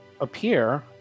appear